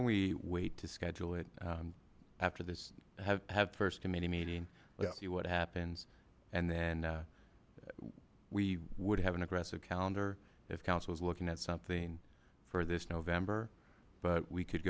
don't we wait to schedule it after this have first committee meeting we'll see what happens and then we would have an aggressive calendar if council was looking at something for this november but we could